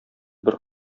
бер